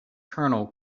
kernel